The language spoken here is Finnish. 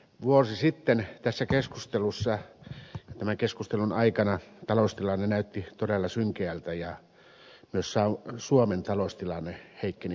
vuosi sitten tämän keskustelun aikana taloustilanne näytti todella synkeältä ja myös suomen taloustilanne heikkeni voimakkaasti